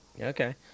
okay